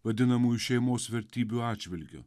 vadinamųjų šeimos vertybių atžvilgiu